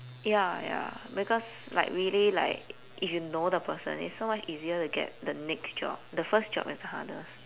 ya ya because like really like if you know the person it's so much easier to get the next job the first job is the hardest